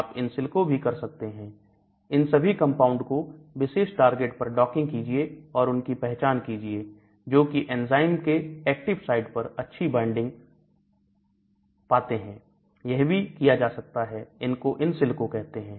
आप इनसिल्को भी कर सकते हैं इन सभी कंपाउंड को विशेष टारगेट पर डॉकिंग कीजिए और उनकी पहचान कीजिए जो कि एंजाइम के एक्टिव साइट पर अच्छी बाइंडिंग आते हैं यह भी किया जा सकता है इसको इनसिलिको कहते हैं